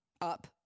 up